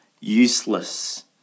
useless